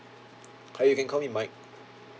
uh you can call me mike